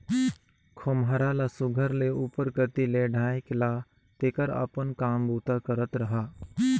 खोम्हरा ल सुग्घर ले उपर कती ले ढाएक ला तेकर अपन काम बूता करत रहा